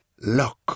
lock